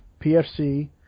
PFC –